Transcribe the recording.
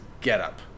getup